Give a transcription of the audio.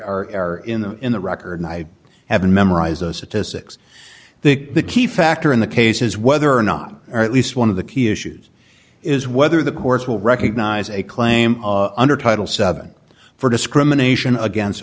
six are in the in the record i haven't memorized those statistics the key factor in the case is whether or not or at least one of the key issues is whether the course will recognize a claim under title seven for discrimination against